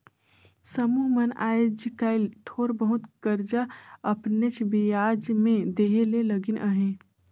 समुह मन आएज काएल थोर बहुत करजा अपनेच बियाज में देहे ले लगिन अहें